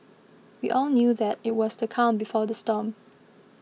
we all knew that it was the calm before the storm